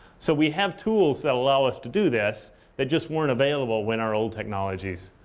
so we have tools that allow us to do this that just weren't available when our old technologies